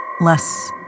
less